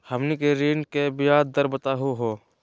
हमनी के ऋण के ब्याज दर बताहु हो?